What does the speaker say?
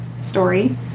story